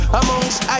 amongst